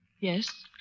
Yes